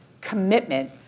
commitment